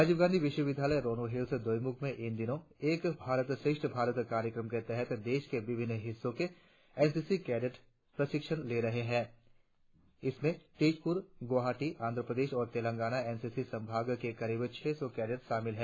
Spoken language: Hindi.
राजीव गांधी विश्वविद्यालय रोनो हिल्स दोईमुख में इन दिनों एक भारत श्रेष्ठ भारत कार्यक्रम के तहत देश के विभिन्न हिस्सों के एन सी सी कैडट प्रशिक्षण ले रहे है इसमें तेजपूर गुवाहाटी आंध्रप्रदेश और तेलंगाना एन सी सी संभाग के करीब छह सौ कैडेट शामिल है